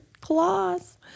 claws